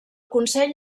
consell